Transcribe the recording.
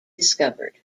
discovered